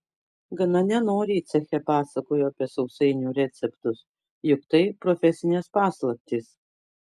gana nenoriai ceche pasakojo apie sausainių receptus juk tai profesinės paslaptys